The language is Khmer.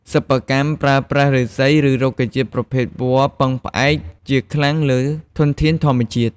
សិប្បកម្មប្រើប្រាស់ឫស្សី និងរុក្ខជាតិប្រភេទវល្លិពឹងផ្អែកជាខ្លាំងលើធនធានធម្មជាតិ។